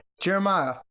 Jeremiah